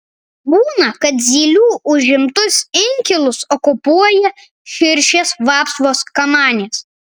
būna kad zylių užimtus inkilus okupuoja širšės vapsvos kamanės